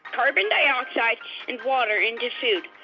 carbon dioxide and water into food.